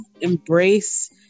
embrace